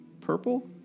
purple